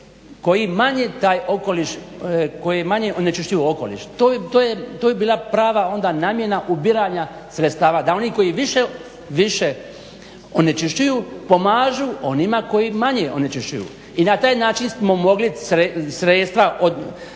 koji manje onečišćuju okoliš. To bi bila onda prava namjena ubiranja sredstava, da oni kji više onečišćuju pomažu onima koji manje onečišćuju. I na taj način smo mogli sredstva od te